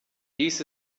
dies